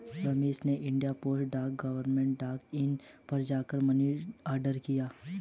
रमेश ने India post dot government dot in पर जा कर मनी ऑर्डर किया